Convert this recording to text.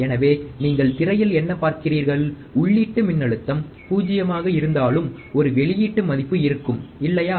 எனவே நீங்கள் திரையில் என்ன பார்கிறீர்கள் உள்ளீட்டு மின்னழுத்தம் 0 ஆக இருந்தாலும் ஒரு வெளியீட்டு மதிப்பு இருக்கும் இல்லையா